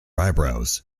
eyebrows